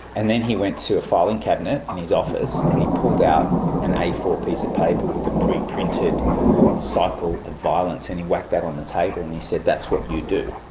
and then he went to a filing cabinet in his office, and he pulled out an a four piece of paper with a pre-printed cycle of violence, and he whacked that on the table and he said, that's what you do.